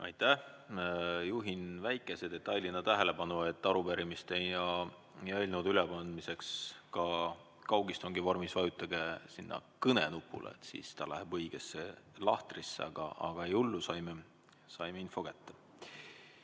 Aitäh! Juhin väikese detailina tähelepanu, et arupärimiste ja eelnõude üleandmiseks kaugistungi vormis vajutage kõne nupule, siis ta läheb õigesse lahtrisse. Aga ei ole hullu, saime info kätte.